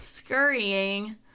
Scurrying